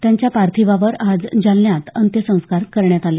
त्यांच्या पार्थिवावर आज जालन्यात अंत्यसंस्कार करण्यात आले